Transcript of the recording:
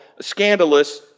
scandalous